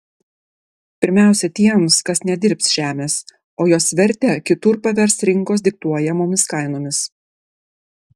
pirmiausia tiems kas nedirbs žemės o jos vertę kitur pavers rinkos diktuojamomis kainomis